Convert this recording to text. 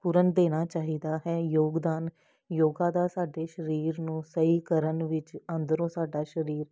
ਪੂਰਨ ਦੇਣਾ ਚਾਹੀਦਾ ਹੈ ਯੋਗਦਾਨ ਯੋਗਾ ਦਾ ਸਾਡੇ ਸਰੀਰ ਨੂੰ ਸਹੀ ਕਰਨ ਵਿੱਚ ਅੰਦਰੋਂ ਸਾਡਾ ਸਰੀਰ